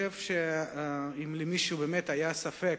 אם למישהו באמת היה ספק